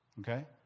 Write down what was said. okay